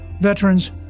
veterans